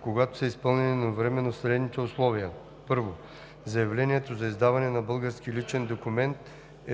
когато са изпълнени едновременно следните условия: 1. заявлението за издаване на български личен документ е